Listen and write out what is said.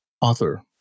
author